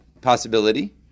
possibility